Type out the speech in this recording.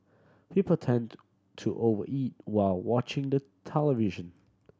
people tend to over eat while watching the television